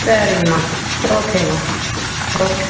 சரிங்கம்மா ஓகேம்மா ஓகே